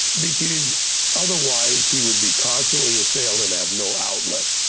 because otherwise he would be constantly assailed and have no outlet,